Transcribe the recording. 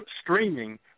streaming